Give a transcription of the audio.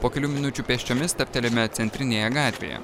po kelių minučių pėsčiomis stabtelime centrinėje gatvėje